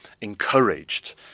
encouraged